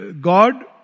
God